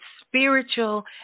spiritual